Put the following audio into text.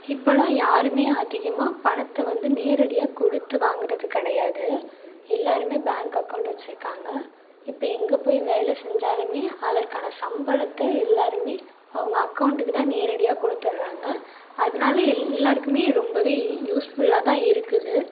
இப்போலாம் யாருமே அதிகமாக பணத்தை வந்து நேரடியாக கொடுத்து வாங்கிறது கிடையாது எல்லாருமே பேங்க் அக்கௌண்ட் வச்சிருக்காங்க இப்போ எங்கே போய் வேலை செஞ்சாலுமே அதற்கான சம்பளத்தை எல்லாருமே அவங்க அக்கௌண்டுக்கு தான் நேரடியாக கொடுத்துர்றாங்க அதனால் எல் எல்லாருக்குமே ரொம்பவே யூஸ்ஃபுல்லாக தான் இருக்குது